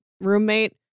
roommate